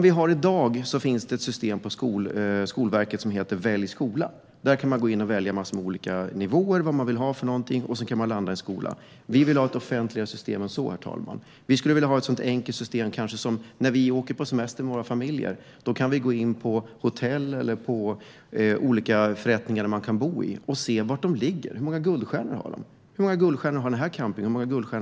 I dag finns det ett system på Skolverket, Välj skola. Där kan man söka nivåer och skolor. Vi vill ha ett mer offentligt system än så, herr talman. Vi skulle vilja ha ett enkelt system som liknar det när vi ska åka på semester med våra familjer. Då kan man se på hotell och annan inkvartering och se var de ligger och hur många guldstjärnor de har. Hur många stjärnor har den här campingen och hur många har den där?